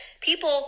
People